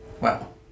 Wow